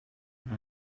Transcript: mae